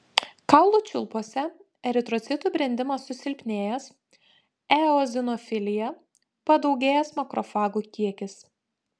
kaulų čiulpuose eritrocitų brendimas susilpnėjęs eozinofilija padaugėjęs makrofagų kiekis